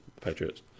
Patriots